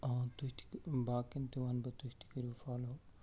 آ تُہۍ تہِ کٔر باقِیَن تہِ وَنہٕ بہٕ تُہۍ تہِ کٔرو فالَو